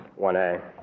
1A